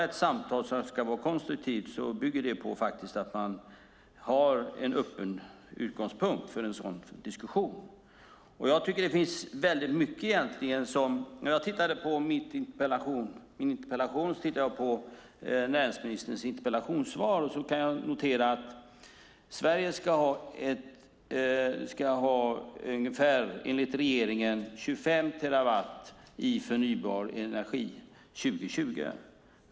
Ett samtal som ska vara konstruktivt bygger på att man har en öppen utgångspunkt för diskussionen. När jag tittade på min interpellation och näringsministerns interpellationssvar kunde jag notera att Sverige enligt regeringen ska ha ungefär 25 terawattimmar i förnybar energi 2020.